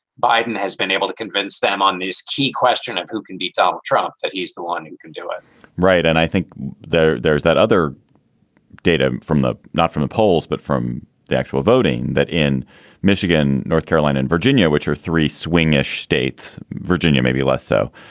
biden has been able to convince them on this key question of who can beat donald trump, that he is the one who can do it right and i think there's that other data from the not from the polls, but from the actual voting that in michigan, north carolina and virginia, which are three swing states, virginia, maybe less so,